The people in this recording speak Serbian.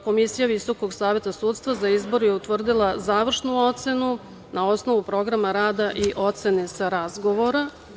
Komisija Visokog saveta sudstva za izbor je utvrdila završnu ocenu na osnovu programa rada i ocene sa razgovora.